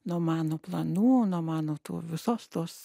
nuo mano planų nuo mano to visos tos